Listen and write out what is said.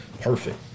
Perfect